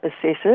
assessors